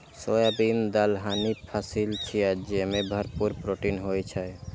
soybean दलहनी फसिल छियै, जेमे भरपूर प्रोटीन होइ छै